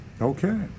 Okay